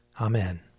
Amen